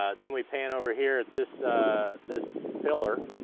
ah then we pan over here at this this pilar.